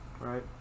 right